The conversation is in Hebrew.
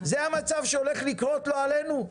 זה המצב שהולך לקרות לא עלינו?